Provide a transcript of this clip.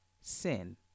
sin